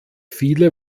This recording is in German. viele